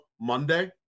Monday